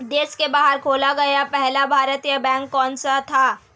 देश के बाहर खोला गया पहला भारतीय बैंक कौन सा था?